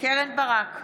קרן ברק,